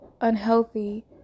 unhealthy